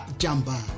jamba